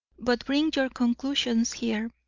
but bring your conclusions here.